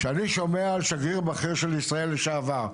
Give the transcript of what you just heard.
כשאני שומע על שגריר בכיר של ישראל לשעבר,